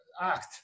act